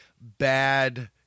bad